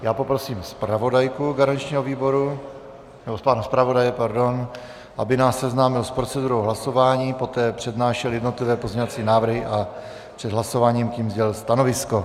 Já poprosím zpravodajku garančního výboru, pana zpravodaje, pardon, aby nás seznámil s procedurou hlasování, poté přednášel jednotlivé pozměňovací návrhy a před hlasováním k nim sdělil stanovisko.